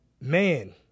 man